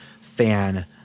fan